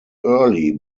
early